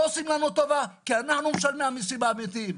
לא עושים לנו טובה, אנחנו משלמי המיסים האמיתיים.